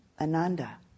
Ananda